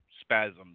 spasms